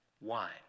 wine